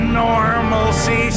normalcy